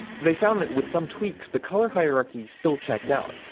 they found that with some tweaks, the color hierarchy still checked out.